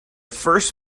first